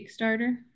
kickstarter